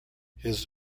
his